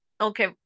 okay